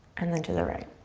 and then to the right.